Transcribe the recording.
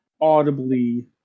audibly